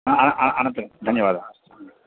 हा हा अनन्तरं धन्यवादः अस्तु